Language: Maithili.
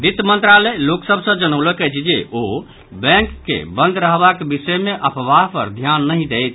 वित्त मंत्रालय लोक सभ सँ जनौलक अछि जे ओ बैंक के बंद रहबाक विषय मे अफवाह पर ध्यान नहि दैथ